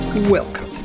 Welcome